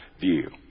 view